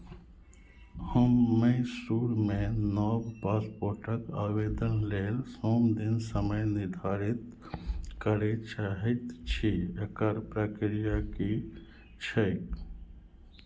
हम मैसूरमे नव पासपोर्टक आवेदन लेल सोम दिन समय निर्धारित करय चाहैत छी एकर प्रक्रिया की छैक